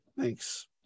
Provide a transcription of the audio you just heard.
Thanks